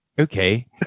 okay